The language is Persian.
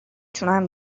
تونم